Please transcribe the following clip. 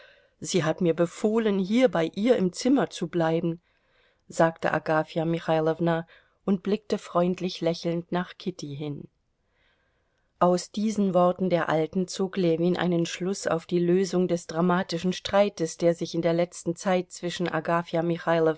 sie hat mir befohlen hier bei ihr im zimmer zu bleiben sagte agafja michailowna und blickte freundlich lächelnd nach kitty hin aus diesen worten der alten zog ljewin einen schluß auf die lösung des dramatischen streites der sich in der letzten zeit zwischen agafja